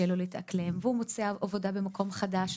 לו להתאקלם והוא מוצא עבודה במקום חדש,